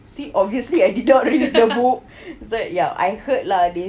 see obviously I didn't read book that ya I heard lah